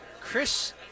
Chris